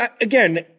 again